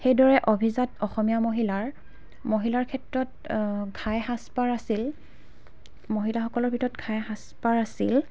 সেইদৰে অসমীয়া অভিজাত মহিলাৰ মহিলাৰ ক্ষেত্ৰত ঘাই সাজ পাৰ আছিল মহিলাসকলৰ ভিতৰত ঘাই সাজ পাৰ আছিল